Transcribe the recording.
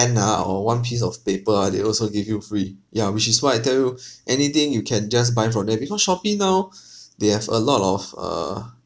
pen ah or one piece of paper ah they also give you free ya which is why I tell you anything you can just buy from there because Shopee now they have a lot of uh